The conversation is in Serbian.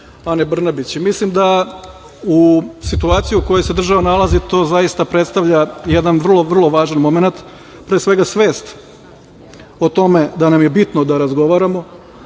Ane Brnabić. Mislim da u situaciji u kojoj se država nalazi to zaista predstavlja jedan vrlo, vrlo važan momenat, pre svega svest o tome da nam je bitno da razgovaramo,